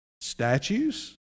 statues